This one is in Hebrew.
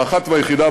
האחת והיחידה,